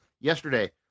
yesterday